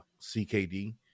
CKD